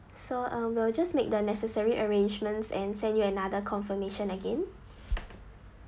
so um we'll just make the necessary arrangements and send you another confirmation again